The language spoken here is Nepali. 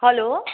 हेलो